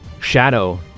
Shadow